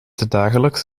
dagelijks